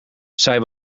zij